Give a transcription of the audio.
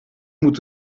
moet